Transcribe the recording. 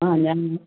ആ ഞാൻ